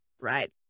right